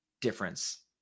difference